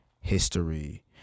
history